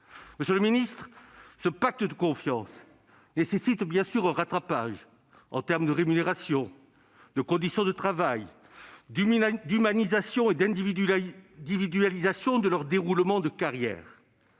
Monsieur le ministre, ce pacte de confiance nécessite à l'évidence un rattrapage en termes de rémunérations, de conditions de travail, d'humanisation et d'individualisation des carrières.